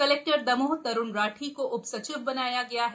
collector Damoh Tarun Rathi को उ सचिव बनाया गया है